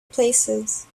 places